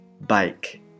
Bike